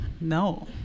no